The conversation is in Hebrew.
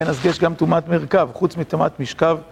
אז יש גם תאומת מרכב, חוץ מתאומת משכב.